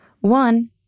One